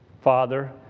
Father